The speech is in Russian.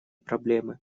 проблемы